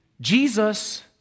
Jesus